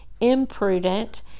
imprudent